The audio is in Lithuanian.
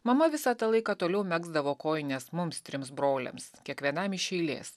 mama visą tą laiką toliau megzdavo kojines mums trims broliams kiekvienam iš eilės